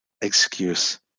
excuse